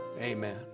Amen